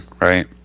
right